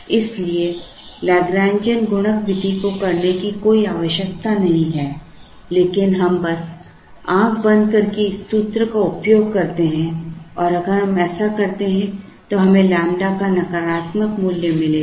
इसलिए Lagrangian गुणक विधि को करने की कोई आवश्यकता नहीं है लेकिन हम बस आँख बंद करके इस सूत्र का उपयोग करते हैं और अगर हम ऐसा करते हैं तो हमें लैम्ब्डा का नकारात्मक मूल्य मिलेगा